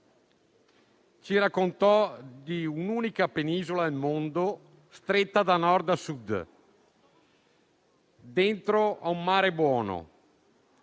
ci raccontò di un'unica penisola al mondo stretta da Nord a Sud dentro a un mare buono,